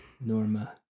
Norma